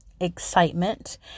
excitement